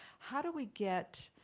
how do we get